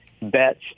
bets